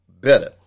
better